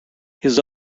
his